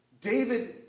David